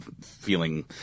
feeling